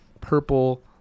purple